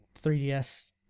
3DS